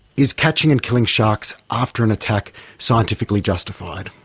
is catching and killing sharks after an attack scientifically justified?